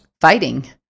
fighting